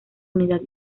unidad